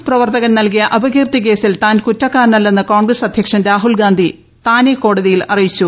S പ്രവർത്തകൻ നൽകിയ് ് അപകീർത്തിക്കേസിൽ താൻ കുറ്റക്കാരനല്ലെന്ന് കോൺഗ്രസ് അധ്യക്ഷൻ രാഹുൽഗാന്ധി താനെ കോടതിയിൽ അറിയിച്ചു